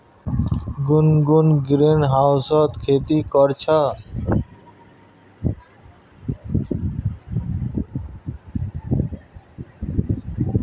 गुनगुन ग्रीनहाउसत खेती कर छ